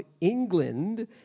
England